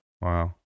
Wow